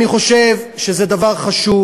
אני חושב שזה דבר חשוב.